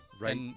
right